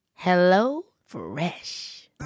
HelloFresh